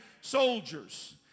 soldiers